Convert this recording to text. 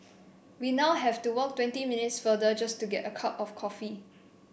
we now have to walk twenty minutes farther just to get a cup of coffee